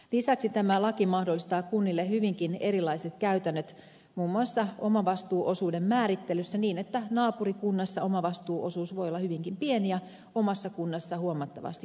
lisäksi tämä laki mahdollistaa kunnille hyvinkin erilaiset käytännöt muun muassa omavastuuosuuden määrittelyssä niin että naapurikunnassa omavastuuosuus voi olla hyvinkin pieni ja omassa kunnassa huomattavasti korkeampi